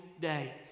day